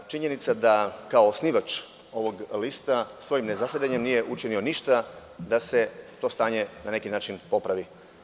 Činjenica da kao osnivač ovog lista svojim nezasedanjem nije učinio ništa da se to stanje na neki način popravi.